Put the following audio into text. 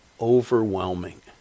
overwhelming